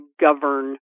govern